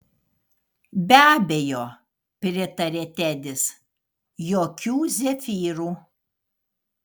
be abejo pritarė tedis jokių zefyrų